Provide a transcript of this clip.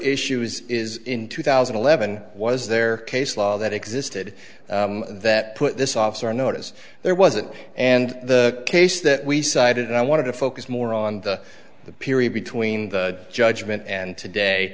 issues is in two thousand and eleven was there case law that existed that put this officer notice there wasn't and the case that we cited i wanted to focus more on the the period between the judgment and today